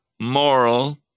moral